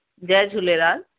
Jay Jhulelal